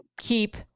Keep